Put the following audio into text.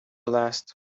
last